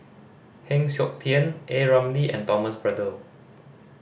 Heng Siok Tian A Ramli and Thomas Braddell